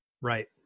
Right